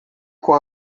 com